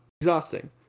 exhausting